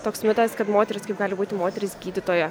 toks mitas kad moteris kaip gali būti moteris gydytoja